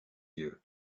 you